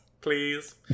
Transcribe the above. Please